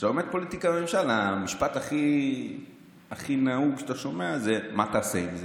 כשאתה לומד פוליטיקה וממשל המשפט הכי נהוג שאתה שומע זה: מה תעשה עם זה?